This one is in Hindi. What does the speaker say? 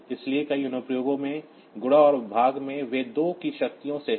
इसलिए कई अनुप्रयोगों में गुणा और भाग में वे 2 की शक्तियों से हैं